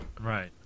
right